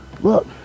look